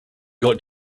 got